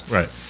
Right